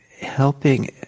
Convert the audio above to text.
helping